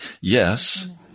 yes